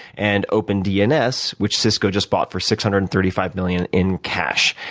and open dns, which cisco just bought for six hundred and thirty five million in cash.